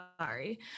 sorry